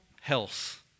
health